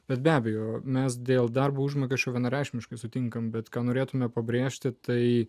bet be abejo mes dėl darbo užmokesčio vienareikšmiškai sutinkame bet ką norėtumėme pabrėžti tai